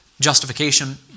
justification